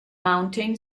mountain